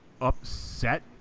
upset